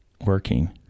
working